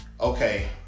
okay